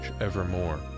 evermore